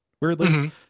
Weirdly